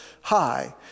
High